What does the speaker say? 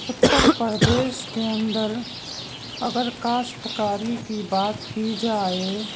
اتر پردیش کے اندر اگر کاشتکاری کی بات کی جائے